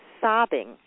sobbing